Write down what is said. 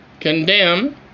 condemn